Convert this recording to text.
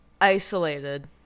isolated